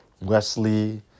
Wesley